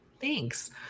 Thanks